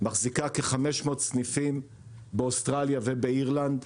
שמחזיקה כ-500 סניפים באוסטרליה ובאירלנד.